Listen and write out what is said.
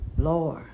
Lord